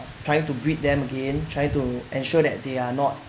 trying to breed them again trying to ensure that they are not